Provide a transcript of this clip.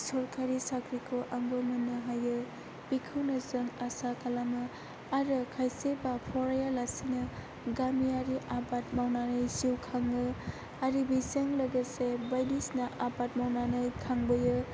सरकारि साख्रिखौ आंबो मोननो हायो बेखौनो जों आसा खालामो आरो खायसेबा फरायालासिनो गामियारि आबाद मावनानै जिउ खाङो आरो बेजों लोगोसे बायदिसिना आबाद मावनानै खांबोयो